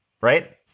right